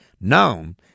known